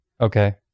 Okay